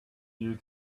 you